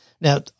now